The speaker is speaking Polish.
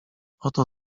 oto